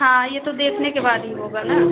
हाँ ये तो देखने के बाद ही होगा न